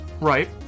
right